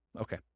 Okay